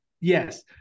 yes